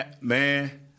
man